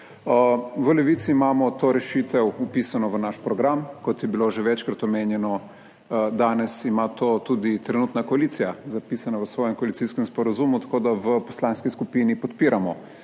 V Levici imamo to rešitev vpisano v naš program. Kot je bilo že večkrat omenjeno danes ima to tudi trenutna koalicija zapisano v svojem koalicijskem sporazumu, tako da v poslanski skupini podpiramo